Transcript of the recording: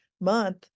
Month